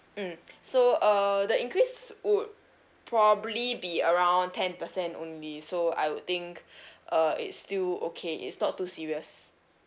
mm so uh the increase would probably be around ten percent only so I would think uh it's still okay it's not too serious